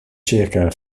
circa